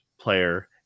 player